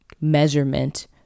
measurement